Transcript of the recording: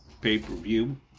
pay-per-view